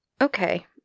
Okay